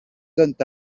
donnent